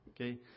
Okay